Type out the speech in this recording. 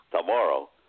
tomorrow